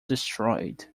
destroyed